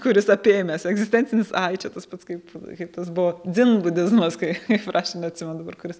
kuris apėmęs egzistencinis ai čia tas pats kaip kaip tas buvo dzin budizmas kai kaip rašė neatsimenu dabar kuris